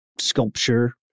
sculpture